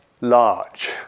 large